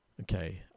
Okay